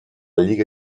lliga